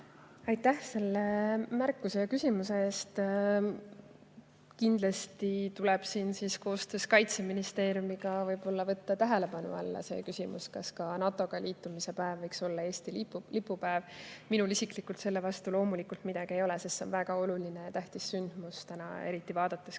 Aitäh selle märkuse ja küsimuse eest! Kindlasti tuleb koostöös Kaitseministeeriumiga võtta tähelepanu alla see küsimus, kas ka NATO-ga liitumise päev võiks olla Eestis lipupäev. Minul isiklikult selle vastu loomulikult midagi ei ole, sest see on väga oluline ja tähtis sündmus, eriti vaadates, mis